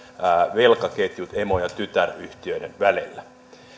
velkaketjut emo ja tytäryhtiöiden välillä